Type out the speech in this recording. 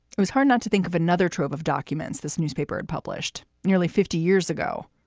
it was hard not to think of another trove of documents. this newspaper had published nearly fifty years ago,